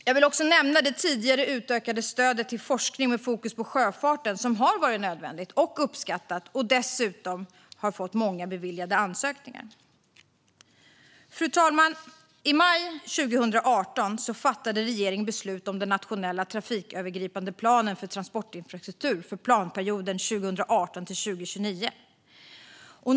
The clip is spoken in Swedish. Jag vill också nämna det tidigare utökade stödet till forskning med fokus på sjöfarten, som har varit nödvändigt och uppskattat och där många ansökningar dessutom beviljats. Fru talman! I maj 2018 fattade regeringen beslut om den nationella trafikslagsövergripande planen för transportinfrastrukturen för planperioden 2018-2029.